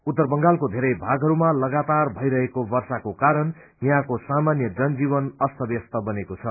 उत्तर बंगालको धेरै भागहरूमा लगातार भैरहेको वर्षाको कारण यहाँको सामान्य जन जीवन अस्तबयस्थ बनेको छ